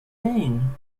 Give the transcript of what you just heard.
maine